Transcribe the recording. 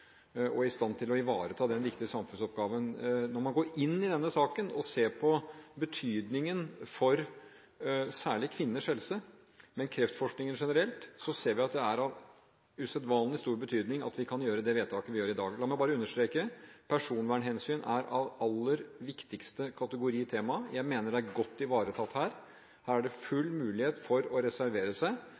robust og i stand til å ivareta den viktige samfunnsoppgaven. Når man går inn i denne saken og ser på betydningen særlig for kvinners helse, men kreftforskningen generelt, ser vi at det er av usedvanlig stor betydning at vi kan gjøre det vedtaket vi gjør i dag. La meg bare understreke: Personvernhensyn er et tema av aller viktigste kategori. Jeg mener det er godt ivaretatt her. Her er det full mulighet for å reservere seg,